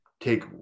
take